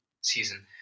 season